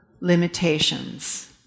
limitations